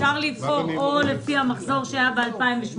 אפשר לבחור או לפי המחזור שהיה ב-2018